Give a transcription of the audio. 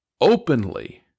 openly